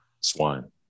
swine